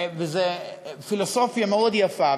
זה פילוסופיה מאוד יפה,